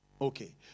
Okay